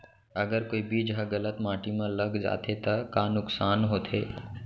अगर कोई बीज ह गलत माटी म लग जाथे त का नुकसान होथे?